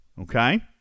Okay